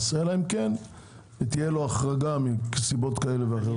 אלא אם כן תהיה לו החרגה מסיבות כאלה ואחרות.